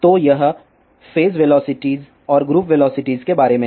तो यह phase velocities और ग्रुप वेलोसिटीज के बारे में है